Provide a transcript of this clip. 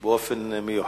באופן מיוחד.